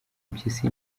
impyisi